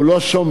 הוא לא שומע,